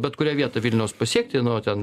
bet kurią vietą vilniaus pasiekti nuo ten